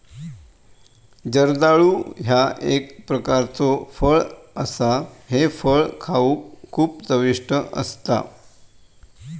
जर्दाळू ह्या एक प्रकारचो फळ असा हे फळ खाउक खूप चविष्ट असता